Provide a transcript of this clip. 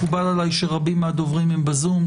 מקובל עליי שרבים מהדוברים הם בזום.